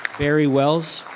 barry wells.